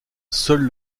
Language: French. seul